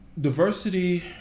diversity